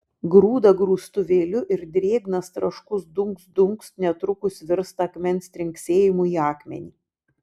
grūda grūstuvėliu ir drėgnas traškus dunkst dunkst netrukus virsta akmens trinksėjimu į akmenį